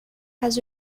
has